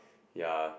ya